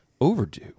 overdue